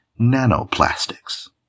nanoplastics